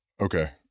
Okay